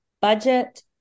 budget